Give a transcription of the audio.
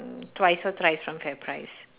uh twice or thrice from fairprice